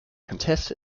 contest